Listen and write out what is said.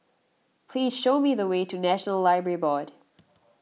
please show me the way to National Library Board